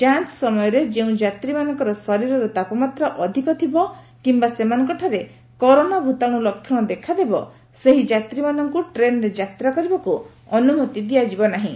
ଯାଞ୍ଚ ସମୟରେ ଯେଉଁ ଯାତ୍ରୀମାନଙ୍କର ଶରୀରର ତାପମାତ୍ରା ଅଧିକ ଥିବ କିମ୍ବା ସେମାନଙ୍କଠାରେ କରୋନା ଭୂତାଣୁ ଲକ୍ଷଣ ଦେଖାଦେବ ସେହି ଯାତ୍ରୀମାନଙ୍କୁ ଟ୍ରେନ୍ରେ ଯାତ୍ରା କରିବାକୁ ଅନୁମତି ଦିଆଯିବ ନାହିଁ